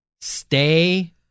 stay